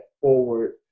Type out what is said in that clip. forward